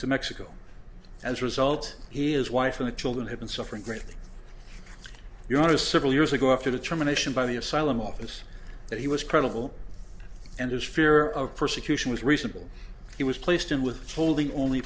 to mexico as a result he is wife and the children have been suffering greatly you want to several years ago after the terminations by the asylum office that he was credible and his fear of persecution was reasonable he was placed in with holding only